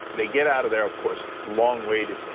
they get out of there of course, long way it is.